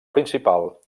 principal